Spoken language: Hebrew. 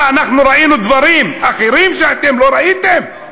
מה, ראינו דברים אחרים שאתם לא ראיתם?